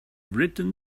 written